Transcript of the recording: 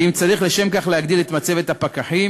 ואם צריך לשם כך להגדיל את מצבת הפקחים,